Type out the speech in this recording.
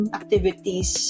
activities